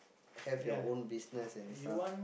have your own business and stuff